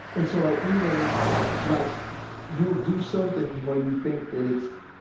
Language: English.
and so like even like you'll do something where you think that it's